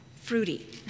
fruity